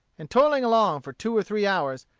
and toiling along for two or three hours,